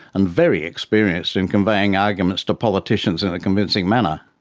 and very experienced in conveying arguments to politicians in a convincing manner.